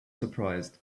surprised